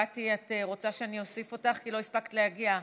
קטי, את רוצה שאני אוסיף אותך כי לא הספקת להגיע?